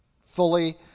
fully